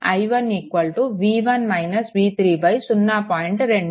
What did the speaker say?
i1 0